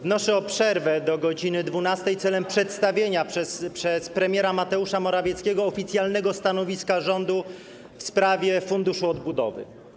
Wnoszę o przerwę do godz. 12 celem przedstawienia przez premiera Mateusza Morawieckiego oficjalnego stanowiska rządu w sprawie Funduszu Odbudowy.